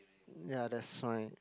ya that's why